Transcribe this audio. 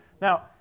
Now